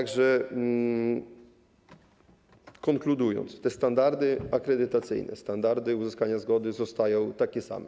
Konkludując, standardy akredytacyjne, standardy uzyskania zgody zostają takie same.